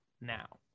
now